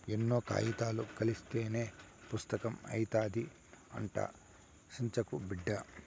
ఎన్నో కాయితాలు కలస్తేనే పుస్తకం అయితాది, అట్టా సించకు బిడ్డా